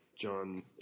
John